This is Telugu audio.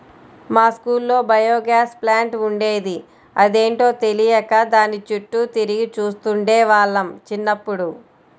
మా స్కూల్లో బయోగ్యాస్ ప్లాంట్ ఉండేది, అదేంటో తెలియక దాని చుట్టూ తిరిగి చూస్తుండే వాళ్ళం చిన్నప్పుడు